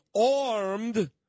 armed